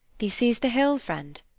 thee sees the hills, friend,